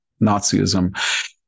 Nazism